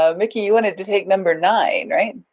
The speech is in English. ah mickey, you wanted to take number nine, right?